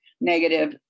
negative